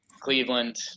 Cleveland